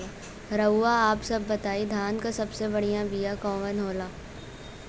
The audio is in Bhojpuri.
रउआ आप सब बताई धान क सबसे बढ़ियां बिया कवन होला?